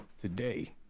today